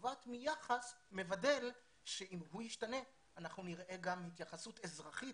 נובעת מיחס מבדל שאם הוא ישתנה אנחנו נראה גם התייחסות אזרחית